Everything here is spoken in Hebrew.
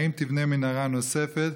2. האם תיבנה מנהרה נוספת?